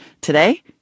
Today